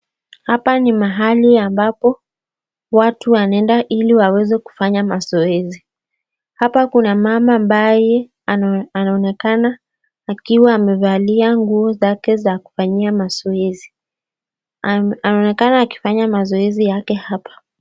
Hapa ni mahali ambapo watu wanaenda ili waweze kufanya mazoezi. Hapa kuna mama ambaye anaonekana akiwa amevalia nguo zake za kufanyia mazoezi. Anaonekana akifanya mazoezi yake hapa.